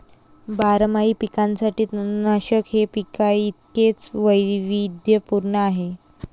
बारमाही पिकांसाठी तणनाशक हे पिकांइतकेच वैविध्यपूर्ण आहे